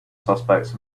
suspects